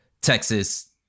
texas